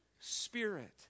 Spirit